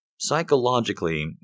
Psychologically